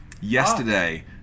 Yesterday